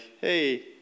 Hey